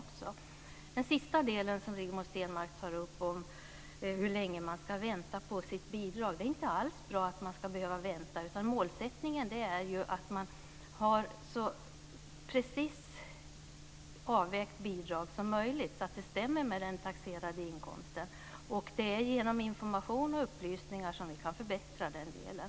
Den sista delen som Rigmor Stenmark tar upp handlar om hur länge man ska vänta på sitt bidrag. Det är inte alls bra att man ska behöva vänta. Målsättningen är ju att man har ett så precis avvägt bidrag som möjligt så att det stämmer med den taxerade inkomsten. Det är genom information och upplysningar som vi kan förbättra den delen.